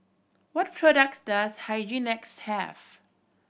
what products does Hygin X have